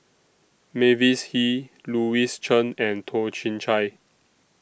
Mavis Hee Louis Chen and Toh Chin Chye